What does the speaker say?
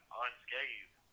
unscathed